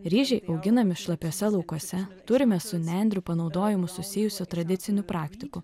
ryžiai auginami šlapiuose laukuose turime su nendrių panaudojimu susijusių tradicinių praktikų